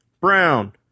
Brown